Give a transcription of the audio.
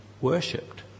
worshipped